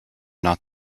not